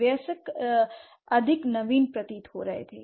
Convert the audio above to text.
वयस्क अधिक नवीन प्रतीत हो रहे थे